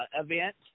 event